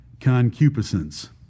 concupiscence